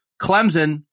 Clemson